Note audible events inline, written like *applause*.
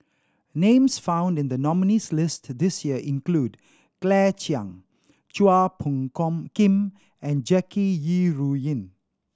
names found in the nominees' list *unintelligible* this year include Claire Chiang Chua Phung *unintelligible* Kim and Jackie Yi Ru Ying